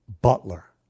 Butler